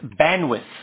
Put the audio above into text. bandwidth